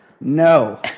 No